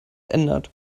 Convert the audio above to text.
ändert